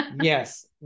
Yes